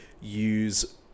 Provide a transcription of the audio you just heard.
use